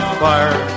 fire